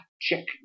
Check